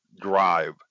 drive